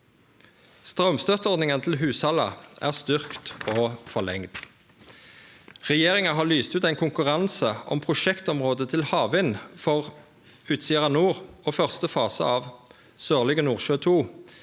Straumstøtteordninga til hushalda er styrkt og forlengd. Regjeringa har lyst ut ein konkurranse om prosjektområde til havvind for Utsira Nord og første fase av Sørlige Nordsjø II.